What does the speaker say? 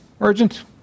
urgent